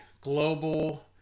global